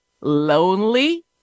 lonely